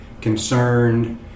concerned